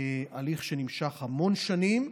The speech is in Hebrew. הליך שנמשך המון שנים,